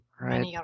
Right